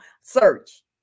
search